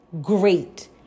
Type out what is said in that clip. Great